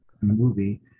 movie